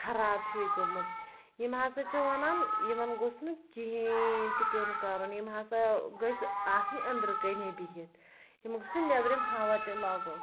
خراب چھِ یہِ گٔمٕژ یِم ہَسا چھِ وَنان یِمَن گوٚژھ نہٕ کِہیٖنۍ تہِ پیوٚن کَرُن یِم ہَسا گٔژھۍ آسٕنۍ أنٛدرٕ کَنے بِہِتھ یِم گوٚژھ نہٕ نیبرِم ہوا تہِ لَگُن